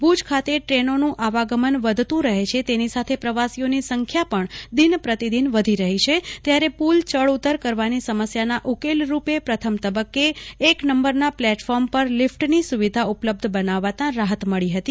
ભુજ ખાતે ટ્રેનોનું આવાગમન વધતું રહે છે તેની સાથે પ્રવાસીઓની સંખ્યા પણ દિનપ્રતિદિન વધી રહી છે ત્યારે પુલ ચડ ઉતર કરવાની સમસ્યાના ઉકેલ રૂપે પ્રથમ તબક્કે એક નંબરના પ્લેટફોર્મ પર લિફટની સુવિધા ઉપલબ્ધ બનાવાતા રાહત મળી હતી